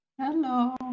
Hello